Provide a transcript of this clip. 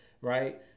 right